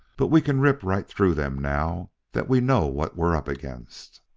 but we can rip right through them now that we know what we're up against.